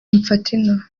infantino